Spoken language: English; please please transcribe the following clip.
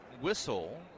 whistle